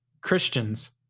Christians